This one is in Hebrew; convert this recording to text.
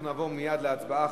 אנחנו נעבור מייד להצבעה.